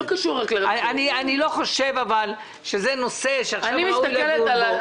אבל אני לא חושב שזה נושא שעכשיו ראוי לדיון בו.